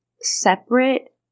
separate